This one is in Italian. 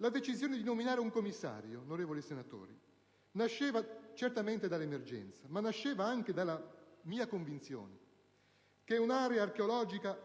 La decisione di nominare un commissario, onorevoli senatori, nasceva certamente dall'emergenza, ma anche dalla mia convinzione che un'area archeologica